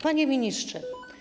Panie Ministrze!